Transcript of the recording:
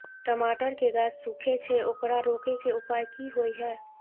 टमाटर के गाछ सूखे छै ओकरा रोके के उपाय कि होय है?